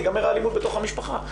תיגמר האלימות בתוך המשפחה.